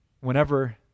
Whenever